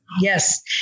Yes